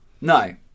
No